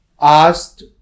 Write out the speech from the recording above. asked